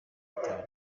mitari